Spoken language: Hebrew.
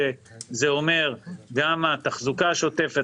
שזה אומר גם התחזוקה השוטפת.